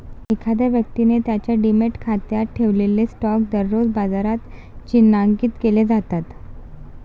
एखाद्या व्यक्तीने त्याच्या डिमॅट खात्यात ठेवलेले स्टॉक दररोज बाजारात चिन्हांकित केले जातात